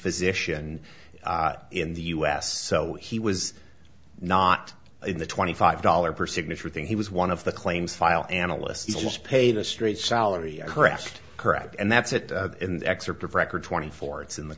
physician in the u s so he was not in the twenty five dollars per signature thing he was one of the claims file analysts he was paid a straight salary correct correct and that's it in the excerpt of record twenty four it's in the